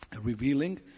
revealing